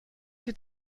die